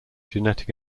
genetic